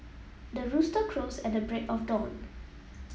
the rooster crows at the break of dawn